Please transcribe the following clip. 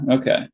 Okay